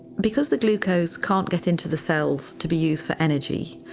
because the glucose can't get into the cells to be used for energy,